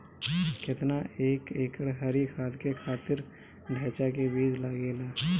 केतना एक एकड़ हरी खाद के खातिर ढैचा के बीज लागेला?